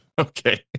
Okay